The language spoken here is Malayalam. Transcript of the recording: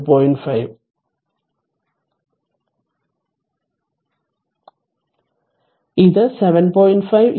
5 ഇത് 7